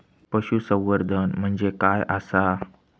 पशुसंवर्धन म्हणजे काय आसा?